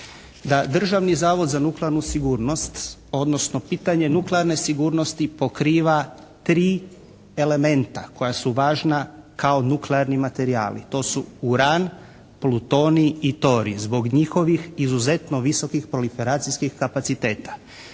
Državni zavod za nuklearnu sigurnost, odnosno pitanje nuklearne sigurnosti pokriva 3 elementa koja su važna kao nuklearni materijali. To su uran, plutonij i torij. Zbog njihovih izuzetno proliferacijskih kapaciteta.